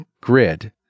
grid